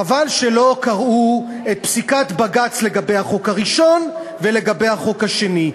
חבל שהם לא קראו את פסיקת בג"ץ לגבי החוק הראשון ולגבי החוק השני,